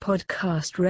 Podcast